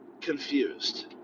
confused